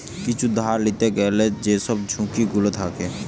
কিছু ধার লিতে গ্যালে যেসব ঝুঁকি গুলো থাকে